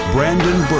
Brandon